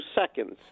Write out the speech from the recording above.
seconds